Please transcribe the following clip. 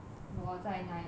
我在 nine 了